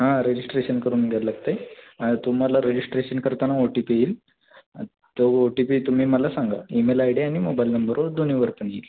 हां रजिस्ट्रेशन करून घ्यायला लागते तुम्हाला रजिस्ट्रेशन करताना ओ टी पी येईल तो ओ टी पी तुम्ही मला सांगा ईमेल आय डी आणि मोबाईल नंबरवर दोन्हीवर पण येईल